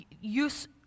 use